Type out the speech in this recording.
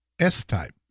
S-Type